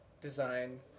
design